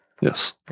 Yes